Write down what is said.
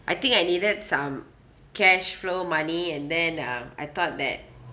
I think I needed some cash flow money and then uh I thought that